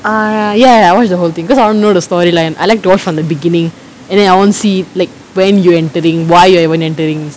uh ya ya ya I watch the whole thing because I want to know the storyline I like to watch from the beginning and then I want to see like when you're entering why are entering and stuff like